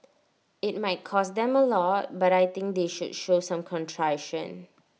IT might cost them A lot but I think they should show some contrition